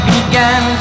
Began